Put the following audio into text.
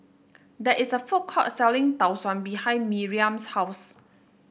there is a food court selling Tau Suan behind Miriam's house